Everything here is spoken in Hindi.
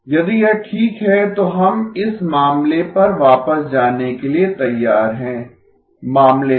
यदि यह ठीक है तो हम इस मामले पर वापस जाने के लिए तैयार हैं मामले पर